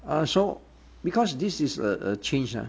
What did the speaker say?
uh so because this is a a change uh